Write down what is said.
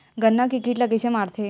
गन्ना के कीट ला कइसे मारथे?